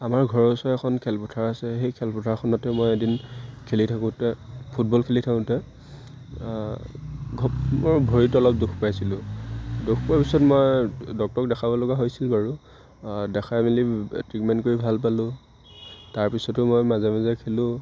আমাৰ ঘৰৰ ওচৰতে এখন খেলপথাৰ আছে সেই খেলপথাৰখনতে মই এদিন খেলি থাকোঁতে ফুটবল খেলি থাকোঁতে ঘপকৈ মোৰ ভৰিটোত অলপ দুখ পাইছিলোঁ দুখ পোৱাৰ পিছত মই ডক্টৰক দেখাব লগা হৈছিল বাৰু দেখাই মেলি ট্ৰিটমেণ্ট কৰি ভাল পালোঁ তাৰপিছতো মই মাজে মাজে খেলোঁ